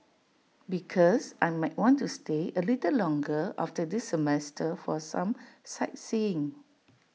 because I might want to stay A little longer after this semester for some sightseeing